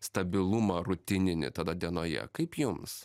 stabilumą rutininį tada dienoje kaip jums